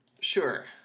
Sure